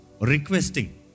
requesting